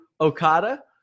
Okada